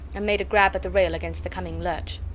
and made a grab at the rail against the coming lurch.